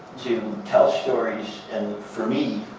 to tell stories, and, for me,